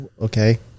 Okay